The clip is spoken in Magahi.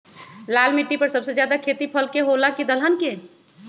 लाल मिट्टी पर सबसे ज्यादा खेती फल के होला की दलहन के?